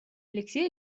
алексей